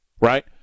Right